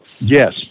Yes